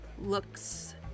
looks